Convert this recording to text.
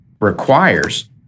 requires